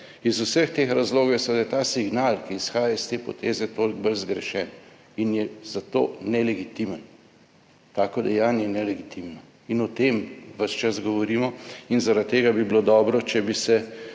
Iz vseh teh razlogov je seveda ta signal, ki izhaja iz te poteze toliko bolj zgrešen, in je za to nelegitimen. Tako dejanje je nelegitimno in o tem ves čas govorimo in zaradi tega bi bilo dobro, če bi se